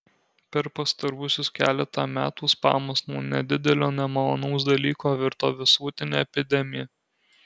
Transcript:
per pastaruosius keletą metų spamas nuo nedidelio nemalonaus dalyko virto visuotine epidemija